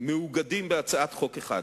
מאוגדים בהצעת חוק אחת.